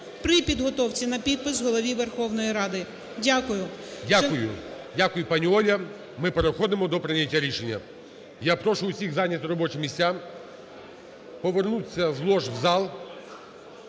при підготовці на підпис Голові Верховної Ради. Дякую. ГОЛОВУЮЧИЙ. Дякую. Дякую, пані Оля. Ми переходимо до прийняття рішення. Я прошу всіх зайняти робочі місця. Повернутися з лож в зал,